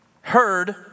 heard